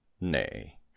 Nay